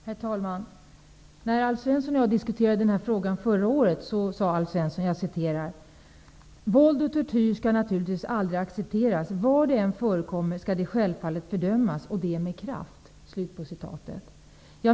Herr talman! När Alf Svensson och jag diskuterade den här frågan förra året sade Alf Svensson: Våld och tortyr skall naturligtvis aldrig accepteras. Var det än förekommer skall det självfallet fördömas, och det med kraft.